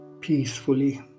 peacefully